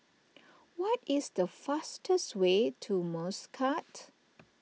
what is the fastest way to Muscat